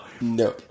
no